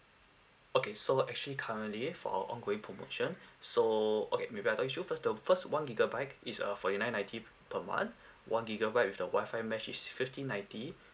okay so actually currently for ongoing promotion so okay maybe I tell you first the first one gigabyte is uh forty nine ninety per month one gigabyte with the WI-FI mesh is fifty ninety